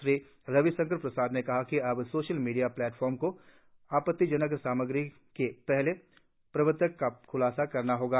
श्री रवि शंकर प्रसाद ने कहा कि अब सोशल मीडिया प्लेटफार्मो को आपत्तिजनक सामग्री के पहले प्रवर्तक का खुलासा करना होगा